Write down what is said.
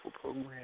program